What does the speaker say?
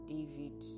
David